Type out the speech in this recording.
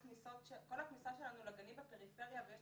כל הכניסה שלנו לגנים בפריפריה ויש